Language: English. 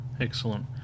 Excellent